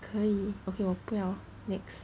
可以 okay 我不要 next